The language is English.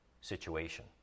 situation